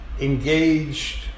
engaged